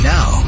Now